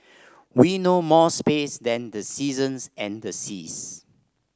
we know more space than the seasons and the seas